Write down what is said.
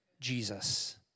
Jesus